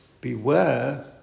beware